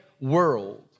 world